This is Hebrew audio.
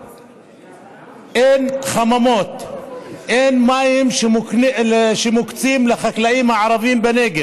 אין חממות, ואין מים שמוקצים לחקלאים הערבים בנגב.